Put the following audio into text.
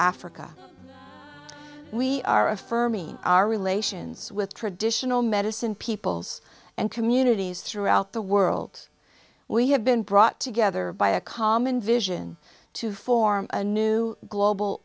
africa we are affirming our relations with traditional medicine peoples and communities throughout the world we have been brought together by a common vision to form a new global